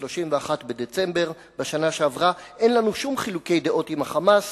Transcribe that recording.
ב-31 בדצמבר בשנה שעברה: אין לנו שום חילוקי דעות עם ה"חמאס",